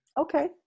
okay